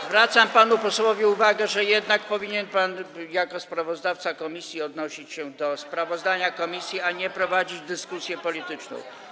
Zwracam panu posłowi uwagę, że jednak powinien pan jako sprawozdawca komisji odnosić się do sprawozdania komisji, a nie prowadzić dyskusję polityczną.